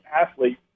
athlete